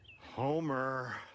Homer